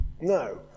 No